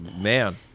Man